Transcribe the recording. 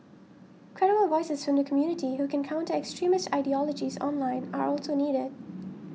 credible voices from the community who can counter extremist ideologies online are also needed